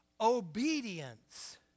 Obedience